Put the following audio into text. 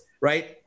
right